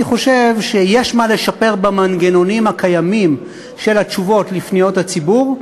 אני חושב שיש מה לשפר במנגנונים הקיימים של התשובות לפניות הציבור,